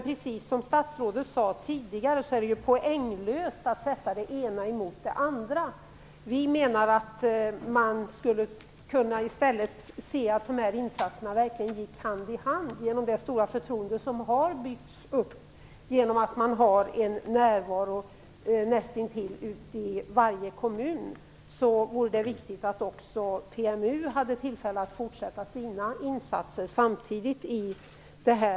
Precis som statsrådet sade tidigare är det poänglöst att sätta det ena mot det andra. Vi menar att man i stället skulle se till att dessa insatser verkligen gick hand i hand genom det stora förtroende som har byggts upp i och med att det finns en närvaro i näst intill varje kommun. På samma sätt vore det viktigt att också PMU hade tillfälle att fortsätta sina insatser samtidigt i detta område.